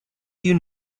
you